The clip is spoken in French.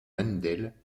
wendel